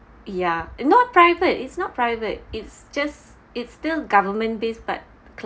ya not private it's not private it's just it's still government based but